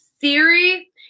theory